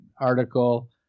article